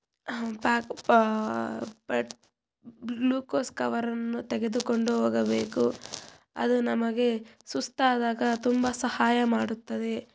pack pack glucose ಕವರನ್ನು ತೆಗೆದುಕೊಂಡು ಹೋಗಬೇಕು ಅದು ನಮಗೆ ಸುಸ್ತಾದಾಗ ತುಂಬ ಸಹಾಯ ಮಾಡುತ್ತದೆ